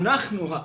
אנחנו האחראים.